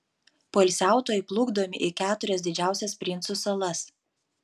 poilsiautojai plukdomi į keturias didžiausias princų salas